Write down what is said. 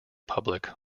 public